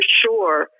sure